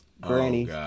granny